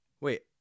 Wait